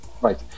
Right